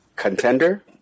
contender